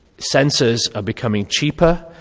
centers are becoming cheaper